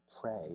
pray